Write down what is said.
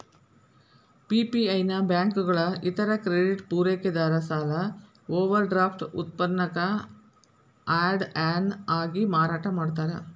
PPI ನ ಬ್ಯಾಂಕುಗಳ ಇತರ ಕ್ರೆಡಿಟ್ ಪೂರೈಕೆದಾರ ಸಾಲ ಓವರ್ಡ್ರಾಫ್ಟ್ ಉತ್ಪನ್ನಕ್ಕ ಆಡ್ ಆನ್ ಆಗಿ ಮಾರಾಟ ಮಾಡ್ತಾರ